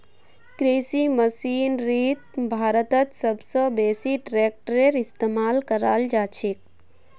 कृषि मशीनरीत भारतत सब स बेसी ट्रेक्टरेर इस्तेमाल कराल जाछेक